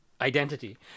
identity